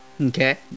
Okay